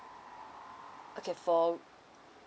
okay for